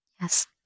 Yes